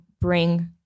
bring